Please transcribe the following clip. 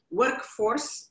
workforce